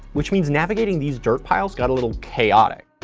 which means navigating these dirt piles got a little chaotic.